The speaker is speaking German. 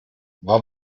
war